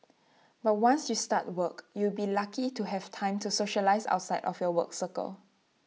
but once you start work you'll be lucky to have time to socialise outside of your work circle